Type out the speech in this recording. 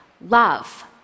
Love